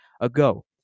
ago